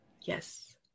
yes